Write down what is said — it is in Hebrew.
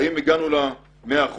האם הגענו ל-100%?